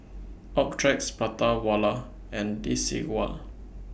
Optrex Prata Wala and Desigual